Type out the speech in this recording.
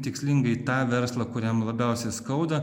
tikslingai tą verslą kuriam labiausiai skauda